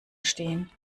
stehen